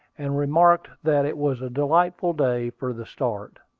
and remarked that it was a delightful day for the start.